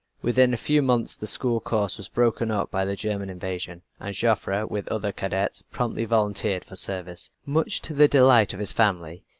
within a few months the school course was broken up by the german invasion, and joffre with other cadets promptly volunteered for service. much to the delight of his family,